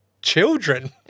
children